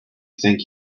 think